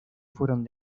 fueron